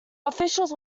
officials